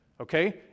Okay